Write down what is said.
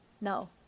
no